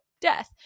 death